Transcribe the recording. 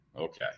Okay